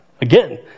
Again